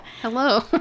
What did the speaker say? Hello